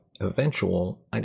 eventual